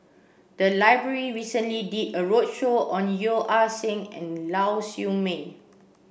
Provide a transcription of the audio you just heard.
the library recently did a roadshow on Yeo Ah Seng and Lau Siew Mei